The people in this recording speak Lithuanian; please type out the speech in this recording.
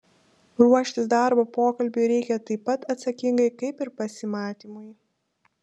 ruoštis darbo pokalbiui reikia taip pat atsakingai kaip ir pasimatymui